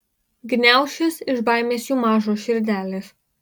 gniaušis iš baimės jų mažos širdelės